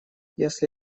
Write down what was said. если